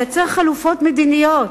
לייצר חלופות מדיניות.